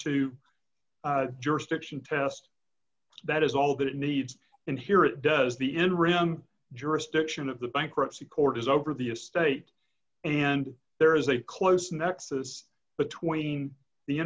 to jurisdiction test that is all that it needs and here it does the in room jurisdiction of the bankruptcy court is over the estate and there is a close nexus between the